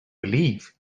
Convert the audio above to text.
belief